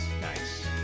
nice